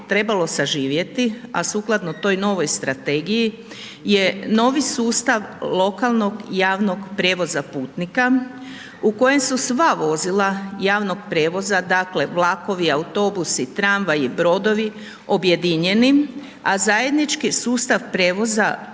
trebalo saživjeti, a sukladno toj novoj strategiji je novi sustav lokalnog javnog prijevoza putnika, u kojem su sva vozila javnog prijevoza, dakle vlakovi, autobusi, tramvaji, brodovi objedinjeni, a zajednički sustav prijevoza